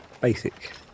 basic